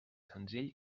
senzill